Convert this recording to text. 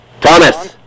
Thomas